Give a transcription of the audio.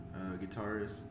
guitarist